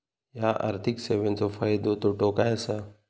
हया आर्थिक सेवेंचो फायदो तोटो काय आसा?